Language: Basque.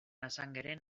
assangeren